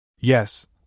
Yes